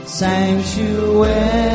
sanctuary